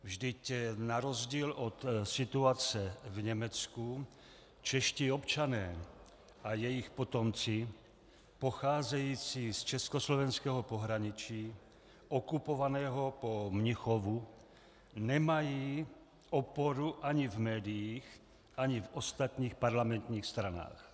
Vždyť na rozdíl od situace v Německu čeští občané a jejich potomci pocházející z československého pohraničí okupovaného po Mnichovu nemají oporu ani v médiích, ani v ostatních parlamentních stranách.